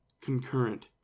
concurrent